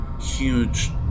huge